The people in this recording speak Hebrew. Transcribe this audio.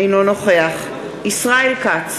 אינו נוכח ישראל כץ,